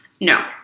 No